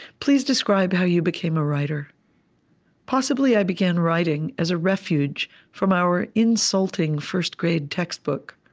please describe how you became a writer possibly i began writing as a refuge from our insulting first-grade textbook.